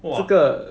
!wah!